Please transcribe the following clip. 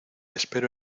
espero